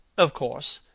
of course,